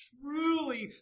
truly